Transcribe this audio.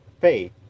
faith